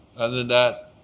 and than that,